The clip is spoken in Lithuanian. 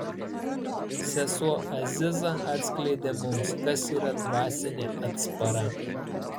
sesuo aziza atskleidė mums kas yra dvasinė atspara